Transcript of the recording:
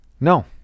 No